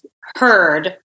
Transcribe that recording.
heard